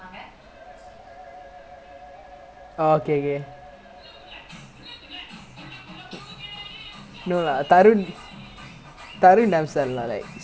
I think like because tarum வந்து:vanthu I buy something for him lah then after that I buy something for myself like two receipt lah then before I order the second one ah சொல்லு என்னா:sollu ennaa